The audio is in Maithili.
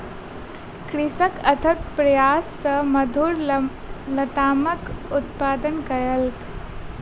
कृषक अथक प्रयास सॅ मधुर लतामक उत्पादन कयलक